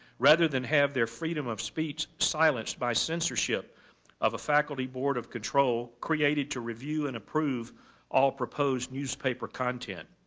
rather than have their freedom of speech silenced by censorship of a faculty board of control created to review and approve all proposed newspaper content